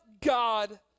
God